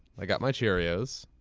i got my cheerios,